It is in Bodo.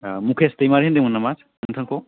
मुखेस दैमारि होनदोंमोन नामा नोंथांखौ